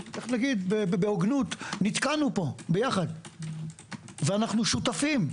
בהוגנות נגיד - נתקענו פה ביחד ואנו שותפים.